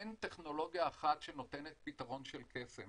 אין טכנולוגיה אחת שנותנת פתרון של קסם.